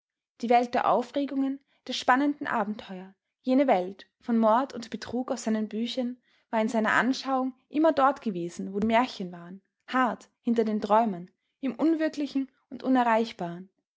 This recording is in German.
die welt der aufregungen der spannenden abenteuer jene welt von mord und betrug aus seinen büchern war in seiner anschauung immer dort gewesen wo die märchen waren hart hinter den träumen im unwirklichen und unerreichbaren